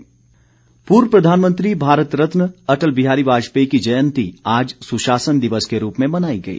वाजपेयी पूर्व प्रधानमंत्री भारत रत्न अटल बिहारी वाजपेयी की जयंती आज सुशासन दिवस के रूप में मनाई गई